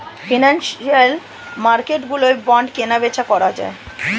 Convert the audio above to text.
financial মার্কেটগুলোয় bond কেনাবেচা করা যায়